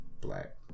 black